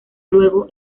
luego